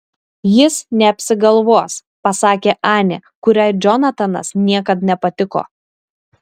jis neapsigalvos pasakė anė kuriai džonatanas niekad nepatiko